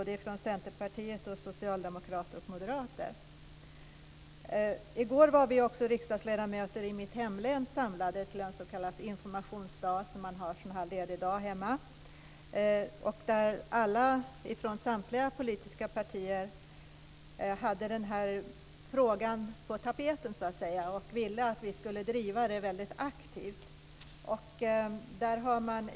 Det gäller både centerpartister, socialdemokrater och moderater. I går var vi riksdagsledamöter från mitt hemlän samlade till en informationsdag under en ledig dag hemma. Alla från samtliga politiska partier hade denna fråga på tapeten och ville att den ska drivas aktivt.